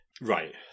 Right